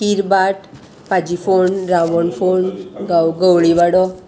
खीरभाट पाजीफोंड रावणफोंड गांव गंवळीवाडो